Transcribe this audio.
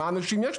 מה יש לאנשים.